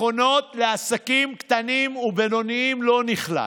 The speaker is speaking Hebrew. מכונות לעסקים קטנים ובינוניים, לא נכלל.